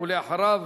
אחריו